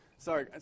Sorry